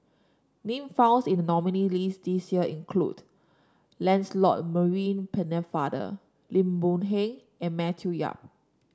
name founds in the nominees' list this year include Lancelot Maurice Pennefather Lim Boon Heng and Matthew Yap